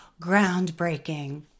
groundbreaking